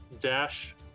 Dash